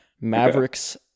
Mavericks